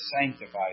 sanctified